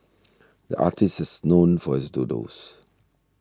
the artist is known for his doodles